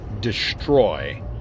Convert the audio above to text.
destroy